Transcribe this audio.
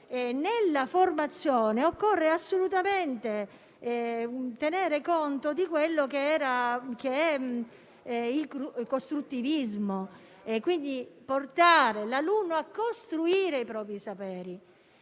Nella formazione occorre assolutamente tenere conto di quello che è il costruttivismo e della necessità di portare l'alunno a costruire i propri saperi.